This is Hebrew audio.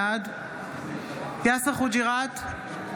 בעד יאסר חוג'יראת,